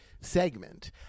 segment